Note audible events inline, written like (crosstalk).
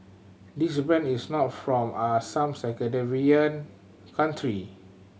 this brand is not from are some (unintelligible) country